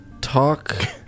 Talk